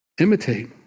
Imitate